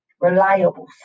reliable